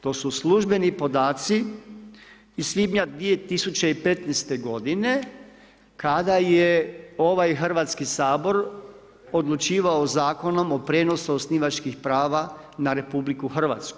To su službeni podaci iz svibnja 2015. g. kada je ovaj Hrvatski sabor, odlučivao zakonom o prijenosu osnivačkih prava na RH.